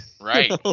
Right